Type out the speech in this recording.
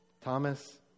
Thomas